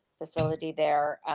facility there,